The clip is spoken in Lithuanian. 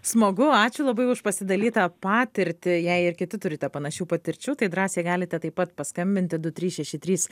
smagu ačiū labai už pasidalytą patirtį jei ir kiti turite panašių patirčių tai drąsiai galite taip pat paskambinti du trys šeši trys